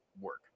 work